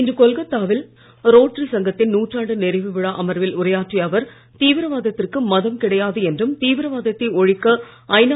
இன்று கொல்கத்தாவில் ரோட்டரி சங்கத்தின் நூற்றாண்டு நிறைவு விழா அமர்வில் உரையாற்றிய அவர் தீவிரவாதத்திற்கு மதம் கிடையாது என்றும் தீவிரவாத்தை ஒழிக்க ஐநா